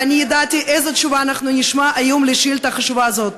וידעתי איזו תשובה נשמע היום על שאילתה חשובה זו.